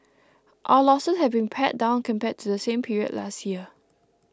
our losses have been pared down compared to same period last year